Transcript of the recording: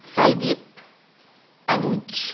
Saideep Anuj